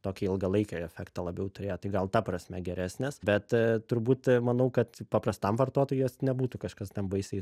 tokį ilgalaikį efektą labiau turėjo tai gal ta prasme geresnis bet turbūt manau kad paprastam vartotojui jos nebūtų kažkas ten baisiai